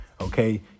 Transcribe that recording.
okay